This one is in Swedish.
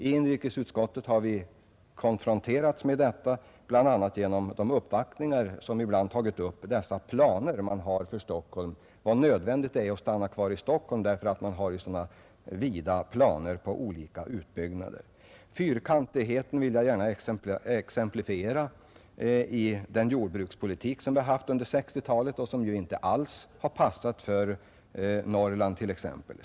I inrikesutskottet har vi konfronterats med detta bl.a. genom de uppvaktningar som tagit upp frågan om utlokaliseringen av verk från Stockholm och framhållit hur nödvändigt det är att stanna kvar i Stockholm därför att man har så vida planer på olika utbyggnader. Fyrkantigheten vill jag gärna exemplifiera med den jordbrukspolitik som förts under 1960-talet och som ju inte har passat för bl.a. Norrland.